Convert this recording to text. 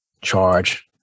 charge